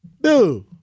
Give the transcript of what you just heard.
Dude